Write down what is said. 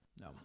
No